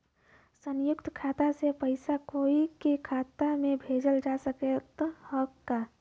संयुक्त खाता से पयिसा कोई के खाता में भेजल जा सकत ह का?